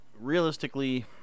Realistically